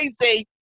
crazy